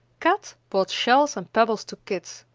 kat brought shells and pebbles to kit,